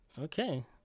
Okay